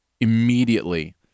immediately